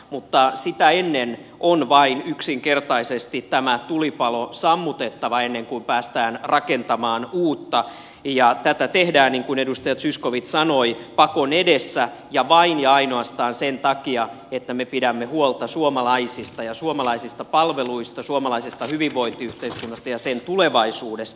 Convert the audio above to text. mutta sitä ennen on vain yksinkertaisesti tämä tulipalo sammutettava ennen kuin päästään rakentamaan uutta ja tätä tehdään niin kuin edustaja zyskowicz sanoi pakon edessä ja vain ja ainoastaan sen takia että me pidämme huolta suomalaisista ja suomalaisista palveluista suomalaisesta hyvinvointiyhteiskunnasta ja sen tulevaisuudesta